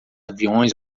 aviões